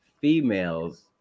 females